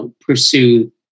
pursue